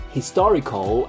historical